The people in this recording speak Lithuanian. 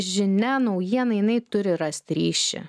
žinia naujiena jinai turi rast ryšį